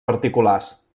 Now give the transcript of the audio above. particulars